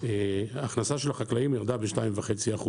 וההכנסה של החקלאים ירדה ב-2.5%.